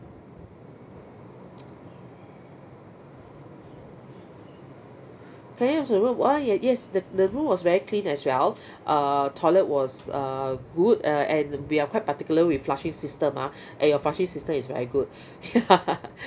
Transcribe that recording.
cleanliness of the room ah y~ yes the the room was very clean as well uh toilet was uh good uh and we're quite particular with flushing system ah and your flushing system is very good ya